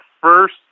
first